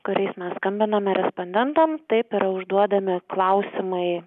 kuriais mes skambiname respondentam taip yra užduodami klausimai